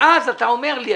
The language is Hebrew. ואז אתה אומר לי,